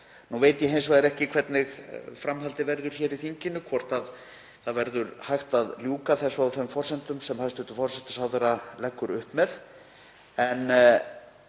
Nú veit ég hins vegar ekki hvernig framhaldið verður hér í þinginu, hvort hægt verður að ljúka þessu á þeim forsendum sem hæstv. forsætisráðherra leggur upp með.